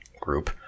group